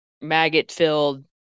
maggot-filled